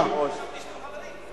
אתה יכול לראות בפרוטוקול.